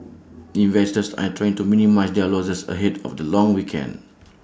investors are trying to minimise their losses ahead of the long weekend